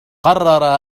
قرر